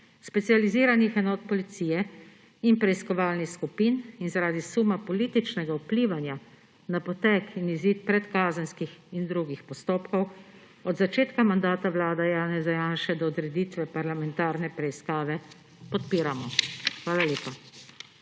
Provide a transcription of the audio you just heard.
specializiranih enot policije in preiskovalnih skupin ter zaradi suma političnega vplivanja na potek in/ali izid predkazenskih in drugih postopkov od začetka mandata vlade Janeza Janše do odreditve parlamentarne preiskave podpiramo. Hvala lepa.